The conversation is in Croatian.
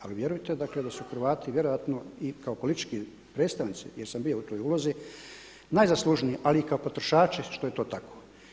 Ali vjerujte dakle da su Hrvati vjerojatno i kao politički predstavnici jer sam bio u toj ulozi najzaslužniji ali i kao potrošači što je to tako.